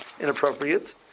inappropriate